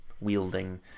wielding